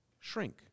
Shrink